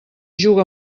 juga